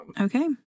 okay